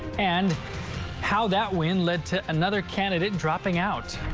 and how that when led to another candidate dropping out.